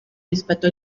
rispetto